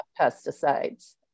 pesticides